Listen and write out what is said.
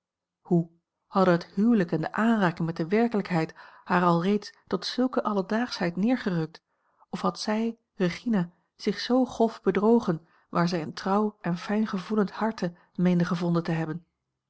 hoe hadden het huwelijk en de aanraking met de werkelijkheid haar alreeds tot zulke alledaagschheid neergerukt of had zij regina zich zoo grof bedrogen waar zij een trouw en fijngevoelend harte meende gevonden te hebben